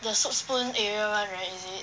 the Soup Spoon area [one] right is it